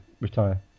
retire